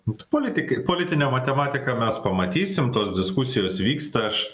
politikai politinę matematiką mes pamatysim tos diskusijos vyksta aš